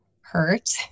hurt